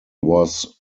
was